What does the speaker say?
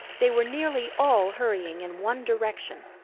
they were nearly all hurrying in one direction.